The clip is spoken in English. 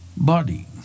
Body